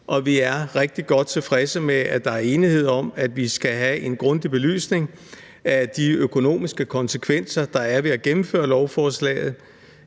rigtig godt tilfredse med, at der er enighed om, at vi skal have en grundig belysning af de økonomiske konsekvenser, der er ved at gennemføre lovforslaget.